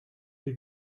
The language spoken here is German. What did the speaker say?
die